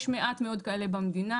יש מעט מאוד כאלה במדינה.